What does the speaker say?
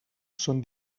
són